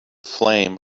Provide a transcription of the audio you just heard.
flame